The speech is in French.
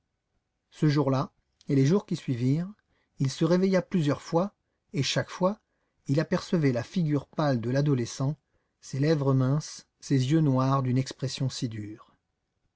ce jour-là et les jours qui suivirent il se réveilla plusieurs fois et chaque fois il apercevait la figure pâle de l'adolescent ses lèvres minces ses yeux noirs d'une expression si dure